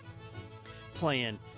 playing